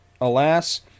alas